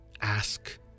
ask